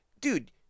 dude